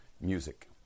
music